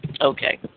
Okay